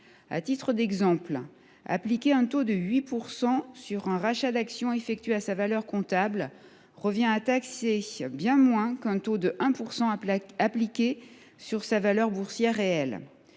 À titre d’exemple, appliquer un taux de 8 % sur un rachat d’actions effectué à sa valeur comptable revient à bien moins taxer qu’avec un taux de 1 % appliqué à la valeur boursière réelle.